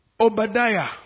Obadiah